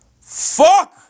fuck